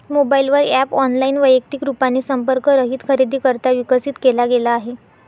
mobile वर app online, वैयक्तिक रूपाने संपर्क रहित खरेदीकरिता विकसित केला गेला आहे